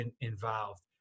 involved